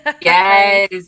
Yes